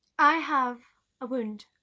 i have a wound.